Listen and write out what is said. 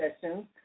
sessions